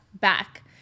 back